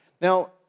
Now